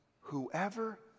whoever